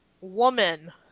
woman